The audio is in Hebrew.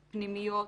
פנימיות,